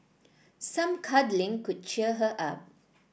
some cuddling could cheer her up